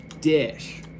Dish